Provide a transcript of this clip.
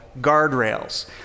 guardrails